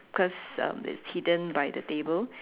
because um it's hidden by the table